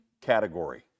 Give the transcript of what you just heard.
category